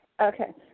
Okay